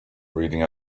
reading